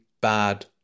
bad